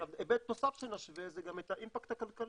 היבט נוסף שנשווה זה גם את האימפקט הכלכלי,